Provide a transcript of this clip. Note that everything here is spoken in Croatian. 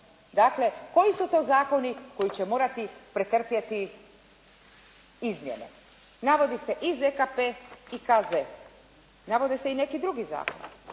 dakle koji su to zakoni koji će morati pretrpjeti izmjene. Navodi se i ZKP i KZ. Navode se i neki drugi zakoni.